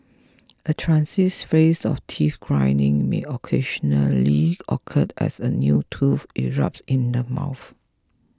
a transient phase of teeth grinding may occasionally occured as a new tooth erupts in the mouth